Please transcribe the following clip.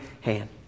hand